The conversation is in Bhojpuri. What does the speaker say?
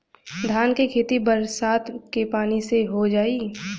धान के खेती बरसात के पानी से हो जाई?